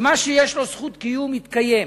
שמה שיש לו זכות קיום יתקיים